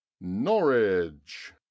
Norwich